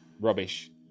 rubbish